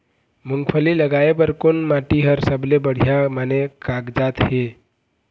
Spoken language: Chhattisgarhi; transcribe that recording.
मूंगफली लगाय बर कोन माटी हर सबले बढ़िया माने कागजात हे?